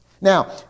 Now